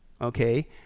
okay